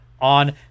on